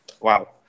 Wow